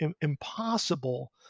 impossible